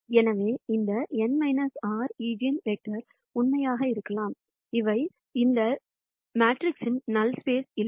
எனவே இது எந்த n r ஈஜென்வெக்டர்களும் உண்மையாக இருக்கலாம் அவை இந்த மேட்ரிக்ஸின் நல் ஸ்பேஸ்இல்லை